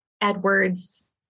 Edward's